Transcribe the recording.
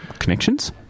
connections